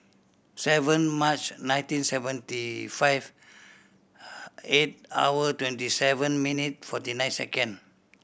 seven March nineteen seventy five eight hour twenty seven minute forty nine second